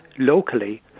Locally